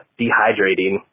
dehydrating